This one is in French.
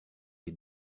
les